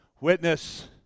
Witness